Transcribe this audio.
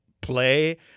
play